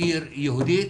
כעיר יהודית,